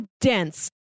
dense